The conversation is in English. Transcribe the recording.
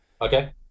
Okay